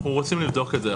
אנחנו רוצים לבדוק את זה.